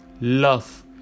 love